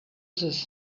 this